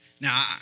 Now